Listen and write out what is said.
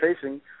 facing